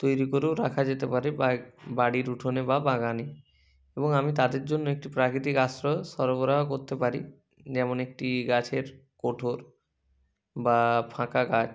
তৈরি করেও রাখা যেতে পারে বাড়ির উঠোনে বা বাগানে এবং আমি তাদের জন্য একটি প্রাকৃতিক আশ্রয়ও সরবরাহ করতে পারি যেমন একটি গাছের কোটর বা ফাঁকা গাছ